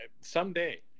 someday